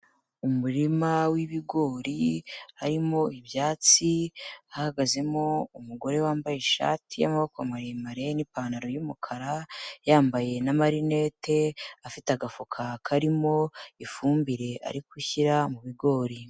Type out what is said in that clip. Umurima w'ibigori harimo ibyatsi, hahagazemo umugore wambaye ishati y'amaboko maremare n'ipantaro y'umukara, yambaye n'amarinete, afite agafuka karimo ifumbire ari gushyira mu bigori.